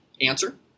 answer